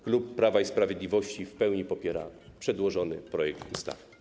Klub Prawa i Sprawiedliwości w pełni popiera przedłożony projekt ustawy.